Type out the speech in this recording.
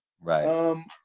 Right